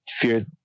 fear